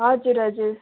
हजुर हजुर